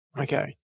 Okay